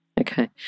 Okay